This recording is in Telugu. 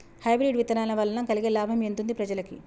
హైబ్రిడ్ విత్తనాల వలన కలిగే లాభం ఎంతుంది ప్రజలకి?